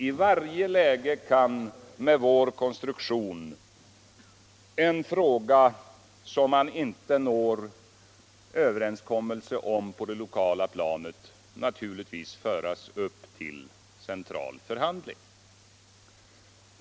I varje läge kan med vår konstruktion en fråga som man inte når överenskommelse om på det lokala planet naturligtvis föras upp till central förhandling.